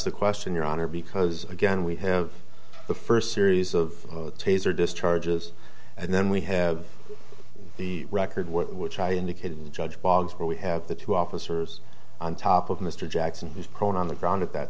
the question your honor because again we have the first series of taser discharges and then we have the record what which i indicated the judge bogs where we have the two officers on top of mr jackson who's prone on the ground at that